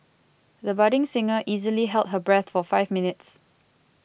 the budding singer easily held her breath for five minutes